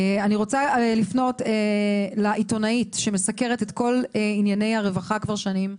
אני רוצה לפנות לעיתונאית שמסקרת את כל ענייני הרווחה כבר שנים.